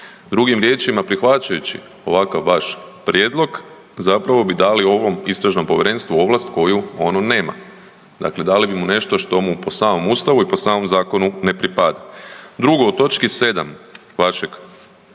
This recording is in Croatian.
Drugim riječima, prihvaćajući ovakav vaš prijedlog zapravo bi dali ovom istražnom povjerenstvu ovlast koju ono nema, dakle dali bi mu nešto što mu po samom ustavu i po samom zakonu ne pripada. Drugo, u točki 7. vašeg